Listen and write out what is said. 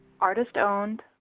artist-owned